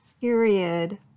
period